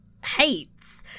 hates